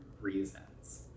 reasons